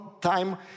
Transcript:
time